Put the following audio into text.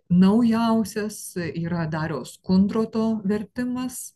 naujausias yra dariaus kundroto vertimas